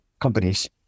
companies